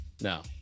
No